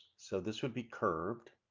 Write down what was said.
so this would be curved.